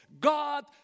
God